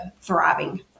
thriving